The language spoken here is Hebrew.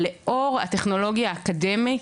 אבל לאור הטכנולוגיה הקיימת,